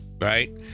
right